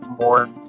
more